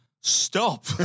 stop